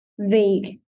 vague